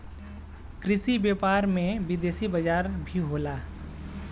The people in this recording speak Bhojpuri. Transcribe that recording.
कृषि व्यापार में में विदेशी बाजार भी होला